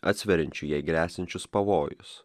atsveriančių jai gresiančius pavojus